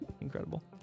Incredible